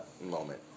moment